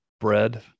bread